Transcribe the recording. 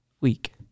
week